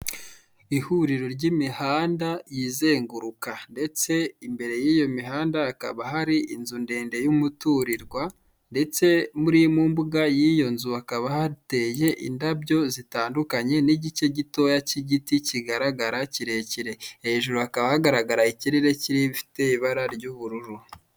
Ihuriro ry'imihanda yizenguruka ndetse imbere y'iyo mihanda hakaba hari inzu ndende y'umuturirwa ndetse mu mbuga y'iyo nzu hakaba hateye indabyo zitandukanye n'igice gitoya cy'igiti kigaragara kirekire, hejuru hakaba hagaragara ikirere gifite ibara ry'ubururu.